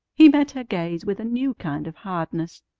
he met her gaze with a new kind of hardness.